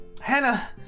Hannah